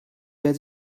wer